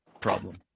problem